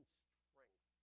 strength